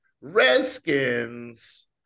Redskins